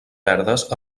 verdes